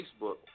Facebook